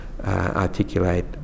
articulate